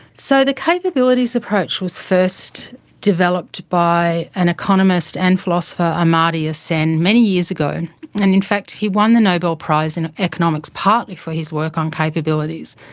so the capabilities approach was first developed by an economist and philosopher, amartya ah sen, many years ago and in fact he won the nobel prize in economics partly for his work on capabilities.